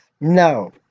No